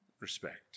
Respect